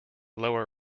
lower